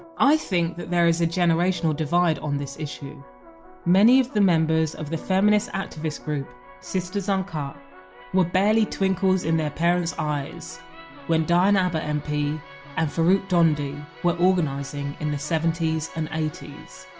i think that there is a generational divide on this issue many of the members of the feminist activist group sisters uncut were barely twinkles in their parents' eyes when diane abbott mp and farrukh dhondy were organising in the seventy s and eighty s.